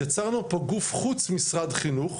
יצרנו פה גוף חוץ משרד חינוך,